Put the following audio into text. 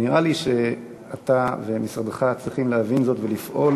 נראה לי שאתה ומשרדך צריכים להבין זאת ולפעול